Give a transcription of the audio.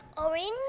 Orange